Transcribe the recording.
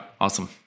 awesome